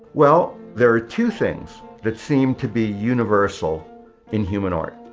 well, there are two things that seem to be universal in human art.